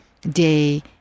day